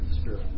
Spirit